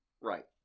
Right